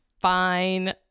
fine